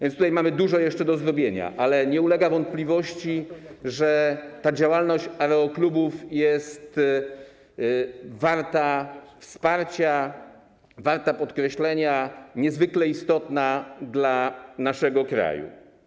W tej kwestii mamy jeszcze dużo do zrobienia, ale nie ulega wątpliwości, że ta działalność aeroklubów jest warta wsparcia, warta podkreślenia i niezwykle istotna dla naszego kraju.